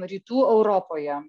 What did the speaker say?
rytų europoje